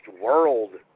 world